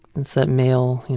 it's that male